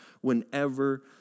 whenever